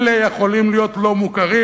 אלה יכולים להיות לא מוכרים,